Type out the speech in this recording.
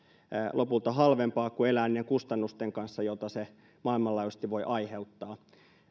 lopulta halvempaa kuin elää niiden kustannusten kanssa joita se maailmanlaajuisesti voi aiheuttaa